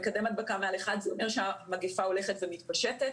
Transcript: מקדם הדבקה מעל זה אומר שהמגפה הולכת ומתפשטת.